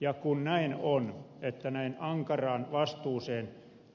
ja kun näin on että näin ankaraan vastuuseen